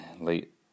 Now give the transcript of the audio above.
late